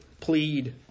plead